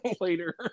later